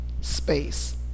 space